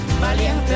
valiente